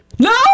no